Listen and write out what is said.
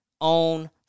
own